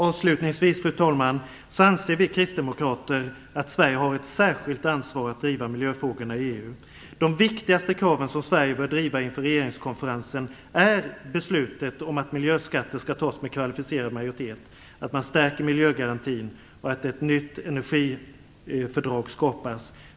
Avslutningsvis, fru talman, anser vi kristdemokrater att Sverige har ett särskilt ansvar att driva miljöfrågorna i EU. De viktigaste kraven som Sverige bör driva inför regeringskonferensen är beslutet om att miljöskatter skall tas med kvalificerad majoritet, att man stärker miljögarantin och att ett nytt energifördrag skapas.